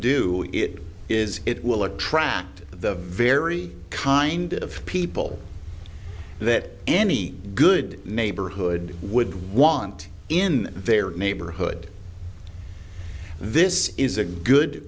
do it is it will attract the very kind of people that any good neighborhood would want in their neighborhood this is a good